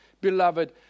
beloved